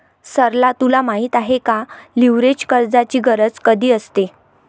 सरला तुला माहित आहे का, लीव्हरेज कर्जाची गरज कधी असते?